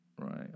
right